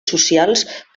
socials